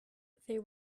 they